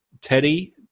Teddy